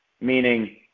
Meaning